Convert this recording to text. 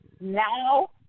Now